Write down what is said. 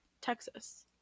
Texas